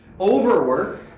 overwork